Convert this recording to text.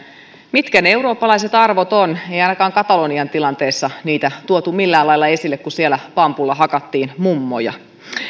mitkä ne eurooppalaiset arvot ovat ei ainakaan katalonian tilanteessa niitä tuotu millään lailla esille kun siellä pampulla hakattiin mummoja